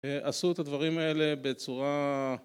עשו את הדברים האלה בצורה